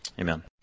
Amen